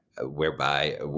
whereby